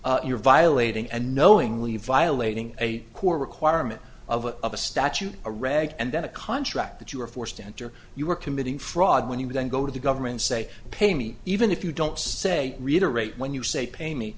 you're violating and knowingly violating a core requirement of a statute or reg and then a contract that you were forced to enter you were committing fraud when you would then go to the government say pay me even if you don't say reiterate when you say pay me